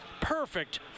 perfect